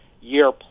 year